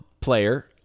player